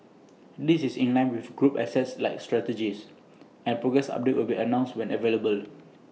this is in line with group's asset light strategy and progress updates will be announced when available